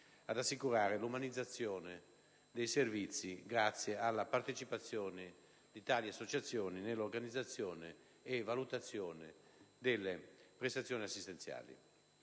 ad assicurare l'umanizzazione dei servizi grazie alla partecipazione delle associazioni nell'organizzazione e nella valutazione delle prestazioni assistenziali.